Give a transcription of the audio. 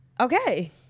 Okay